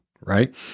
right